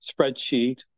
spreadsheet